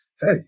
Hey